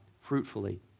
fruitfully